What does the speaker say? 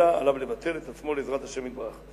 אלא עליו לבטל את עצמו לעזרת השם יתברך.